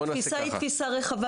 התפיסה היא תפיסה רחבה,